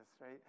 right